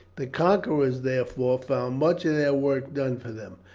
the conquerors, therefore, found much of their work done for them.